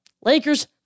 Lakers